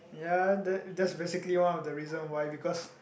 ya the that's basically one of the reason why because